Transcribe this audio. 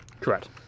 Correct